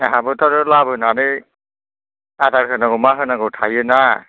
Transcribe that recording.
जोंहा बोथ' लाबोनानै आदार होनांगौ मा होनांगौ थायो ना